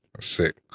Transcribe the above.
Sick